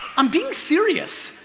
i'm being serious.